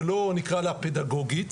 ולא נקרא לה פדגוגית,